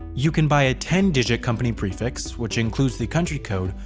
you can buy a ten digit company prefix, which includes the country code,